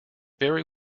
very